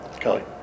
Kelly